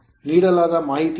ನೀಡಲಾದ ಮಾಹಿತಿಯಿಂದ